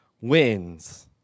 wins